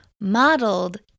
modeled